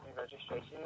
registration